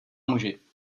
muži